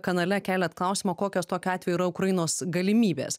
kanale keliat klausimą kokios tokiu atveju yra ukrainos galimybės